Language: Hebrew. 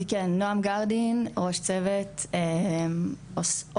כן, נעם גרדין, ראש צוות, עו"ס.